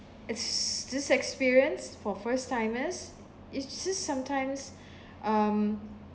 as this experience for first timers it's just sometimes um